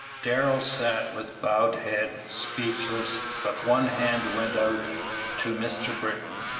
darrell sat with bowed head, speechless, but one hand went out to mr. britton,